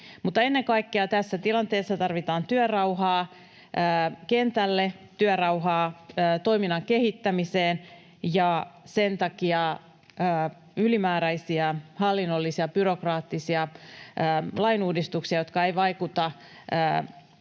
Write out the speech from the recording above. ennen kaikkea tässä tilanteessa tarvitaan työrauhaa kentälle, työrauhaa toiminnan kehittämiseen, ja sen takia ylimääräisiä hallinnollisia ja byrokraattisia lainuudistuksia, jotka eivät vaikuta